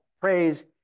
praise